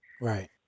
Right